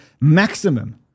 maximum